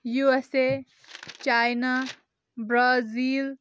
U S A China Brazil